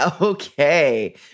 Okay